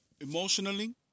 emotionally